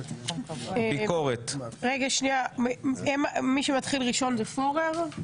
מי שמתחיל ראשון זה פורר?